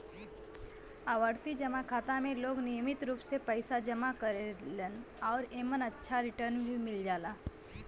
आवर्ती जमा खाता में लोग नियमित रूप से पइसा जमा करेलन आउर एमन अच्छा रिटर्न भी मिल जाला